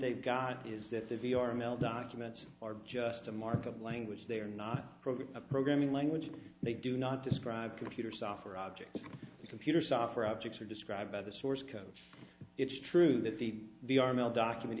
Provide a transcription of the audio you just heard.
they've got is that the v r m l documents are just a markup language they are not a programming language they do not describe computer software objects the computer software objects are described by the source code it's true that the the arm l document